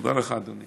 תודה לך, אדוני.